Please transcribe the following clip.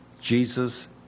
Jesus